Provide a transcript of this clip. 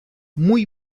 muy